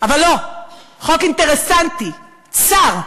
אבל לא, חוק אינטרסנטי, צר.